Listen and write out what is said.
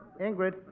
Ingrid